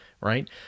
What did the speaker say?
right